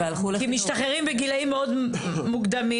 כי הם משתחררים בגילים מאוד מוקדמים,